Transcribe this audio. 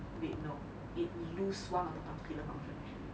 wait no it lose one of the particular function